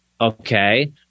Okay